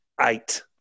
Eight